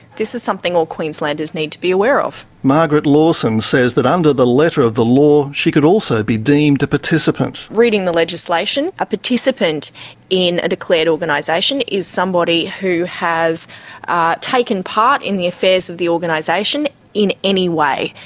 this is something all queenslanders need to be aware of. margaret lawson says under the letter of the law, she could also be deemed a participant. reading the legislation, a participant in a declared organisation is somebody who has taken part in the affairs of the organisation in any way.